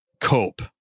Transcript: cope